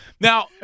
now